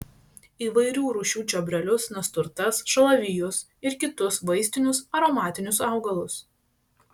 įvairių rūšių čiobrelius nasturtas šalavijus ir kitus vaistinius aromatinius augalus